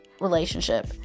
relationship